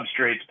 substrates